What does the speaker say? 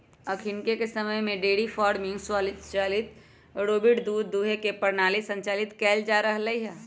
अखनिके समय में डेयरी फार्मिंग स्वचालित रोबोटिक दूध दूहे के प्रणाली संचालित कएल जा रहल हइ